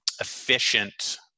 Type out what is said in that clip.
efficient